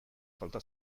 falta